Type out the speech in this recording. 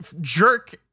jerk